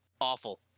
awful